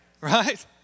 Right